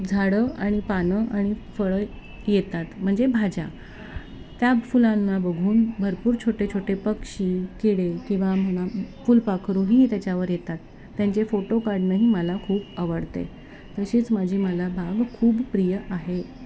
झाडं आणि पानं आणि फळं येतात म्हणजे भाज्या त्या फुलांना बघून भरपूर छोटे छोटे पक्षी किडे किंवा म्हणा फुलपाखरूही त्याच्यावर येतात त्यांचे फोटो काढणंही मला खूप आवडते तशीच माझी मला बाग खूप प्रिय आहे